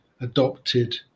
adopted